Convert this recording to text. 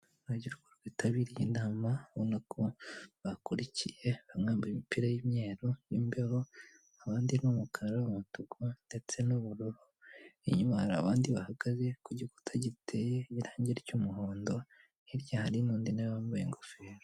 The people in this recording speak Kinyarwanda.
Urubyiruko rwitabiriye inama urubona ko bakurikiye; bamwe bambaye imipira y'imyeru y'imbeho; abandi ni umukara, umutuku, ndetse n'ubururu. Inyuma hari abandi bahagaze ku gikuta giteye irangi ry'umuhondo, hirya hari n'undi na we wambaye ingofero.